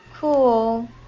Cool